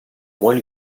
moins